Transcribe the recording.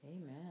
Amen